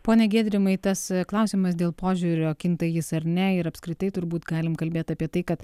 pone giedrimai tas klausimas dėl požiūrio kinta jis ar ne ir apskritai turbūt galim kalbėt apie tai kad